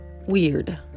weird